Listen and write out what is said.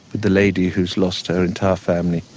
the lady who's lost her entire family